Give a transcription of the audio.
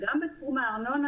וגם בתחום הארנונה,